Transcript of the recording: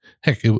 heck